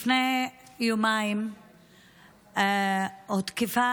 לפני יומיים הותקפה